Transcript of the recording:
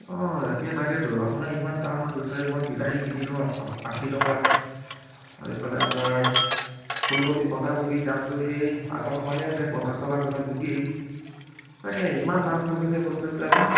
অঁ এতিয়া তাকেতো আপোনাৰ ইমান দাম হৈ গৈছে মই বিলাহী কিনিলোঁ আশী টকা আৰুএইফালে আপোনাৰ ফুলকবি বন্ধাকবি দামটো সেই আগৰ সমানে আছে পঞ্চাছ টকা তলত নিদিয়েই তাকে ইমান দাম হৈ গৈছে বস্তুবিলাকৰ